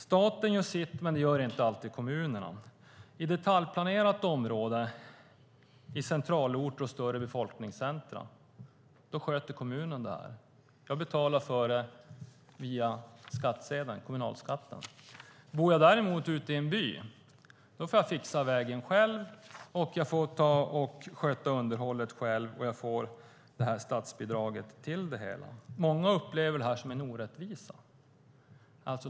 Staten gör sitt, men det gör inte alltid kommunerna. I ett detaljplanerat område i centralorten och större befolkningscentra sköter kommunen det här. Jag betalar för det via skattsedel, kommunalskatten. Bor jag däremot ute i en by får jag fixa vägen själv, jag får sköta underhållet själv och jag får statsbidrag till det. Många upplever det här som en orättvisa.